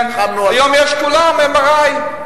היום יש לכולם MRI,